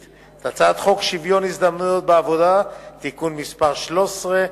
את הצעת חוק שוויון ההזדמנויות בעבודה (תיקון מס' 13),